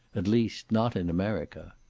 at least, not in america.